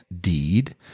deed